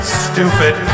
stupid